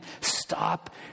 stop